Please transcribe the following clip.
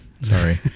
Sorry